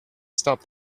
stop